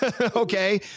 Okay